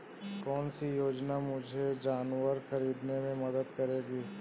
कौन सी योजना मुझे जानवर ख़रीदने में मदद करेगी?